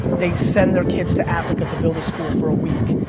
they send their kids to africa to build a school for a week.